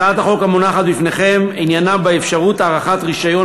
הצעת החוק המונחת לפניכם עניינה אפשרות הארכת רישיון